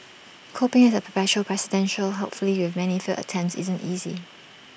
coping as A perpetual presidential hopefully with many failed attempts isn't easy